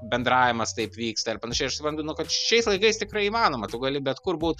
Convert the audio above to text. bendravimas taip vyksta ir panašiai aš suprantu nu kad šiais laikais tikrai įmanoma tu gali bet kur būt